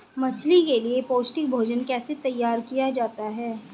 मछली के लिए पौष्टिक भोजन कैसे तैयार किया जाता है?